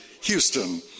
Houston